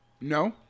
No